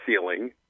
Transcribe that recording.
ceiling